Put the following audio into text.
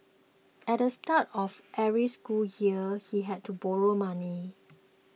at the start of every school year he had to borrow money